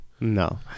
no